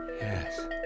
yes